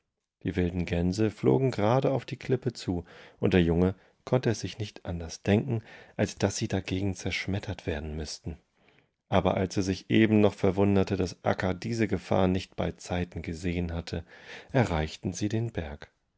die wilden gänse flogen gerade auf die klippe zu undder junge konnte es sich nicht anders denken als daß sie dagegen zerschmettert werdenmüßten aber als er sich eben noch verwunderte daß akka diese gefahr nicht beizeitengesehenhatte erreichtensiedenberg daentdeckteerauchgerade vor